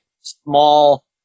small